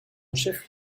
chef